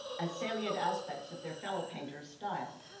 as salient aspects of their fellow painters style.